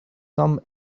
some